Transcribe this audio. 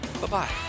bye-bye